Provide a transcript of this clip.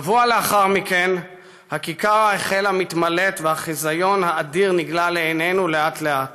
שבוע לאחר מכן הכיכר החלה מתמלאת והחיזיון האדיר נגלה לעינינו לאט-לאט: